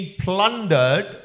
plundered